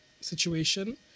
situation